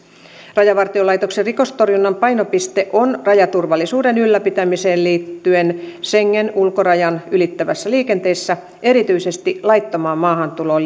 rajavartiolaitoksen rikostorjunnan painopiste on rajaturvallisuuden ylläpitämiseen liittyen schengen ulkorajan ylittävässä liikenteessä erityisesti laittomaan maahantuloon